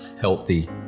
healthy